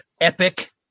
epic